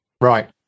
Right